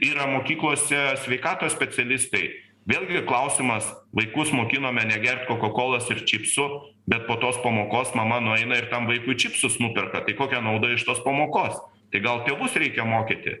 yra mokyklose sveikatos specialistai vėlgi klausimas vaikus mokinome negert kokakolos ir čipsų bet po tos pamokos mama nueina ir tam vaikui čipsus nuperka tai kokia nauda iš tos pamokos tai gal tėvus reikia mokyti